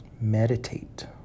Meditate